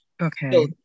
Okay